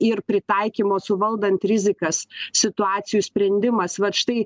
ir pritaikymo suvaldant rizikas situacijų sprendimas vat štai